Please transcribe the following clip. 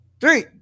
three